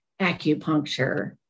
acupuncture